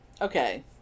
Okay